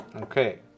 Okay